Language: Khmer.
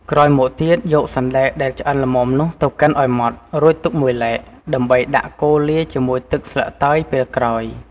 ក្រោយមកទៀតយកសណ្តែកដែលឆ្អិនល្មមនោះទៅកិនឱ្យម៉ដ្ឋ រួចទុកមួយឡែក ដើម្បីដាក់កូរលាយជាមួយទឹកស្លឹកតើយពេលក្រោយ។